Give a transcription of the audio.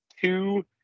two